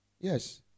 Yes